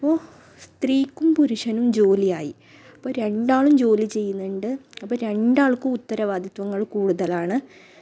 അപ്പോൾ സ്ത്രീക്കും പുരുഷനും ജോലിയായി അപ്പോൾ രണ്ടാളും ജോലി ചെയ്യുന്നുണ്ട് അപ്പോൾ രണ്ടാൾക്കും ഉത്തരവാദിത്വങ്ങൾ കൂടുതലാണ്